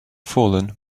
fallen